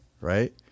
right